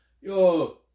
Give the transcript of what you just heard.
yo